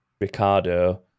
Ricardo